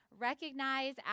recognize